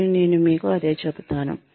మరియు నేను మీకు అదే చెబుతాను